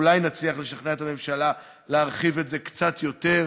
אולי נצליח לשכנע את הממשלה להרחיב את זה קצת יותר,